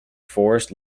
forest